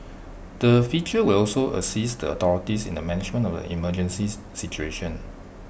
the feature will also assist the authorities in the management of the emergency situation